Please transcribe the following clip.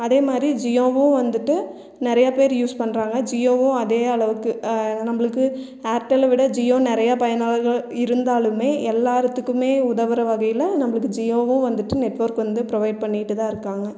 அதே மாதிரி ஜியோவும் வந்துட்டு நிறைய பேர் யூஸ் பண்ணுறாங்க ஜியோவும் அதே அளவுக்கு நம்மளுக்கு ஏர்டெலில் விட ஜியோ நிறைய பயனாளர்கள் இருந்தாலுமே எல்லா இடத்துக்குமே உதவுற வகையில் நம்மளுக்கு ஜியோவும் வந்துட்டு நெட்ஒர்க் வந்து ப்ரொவைட் பண்ணிட்டுதான் இருக்காங்கள்